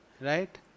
Right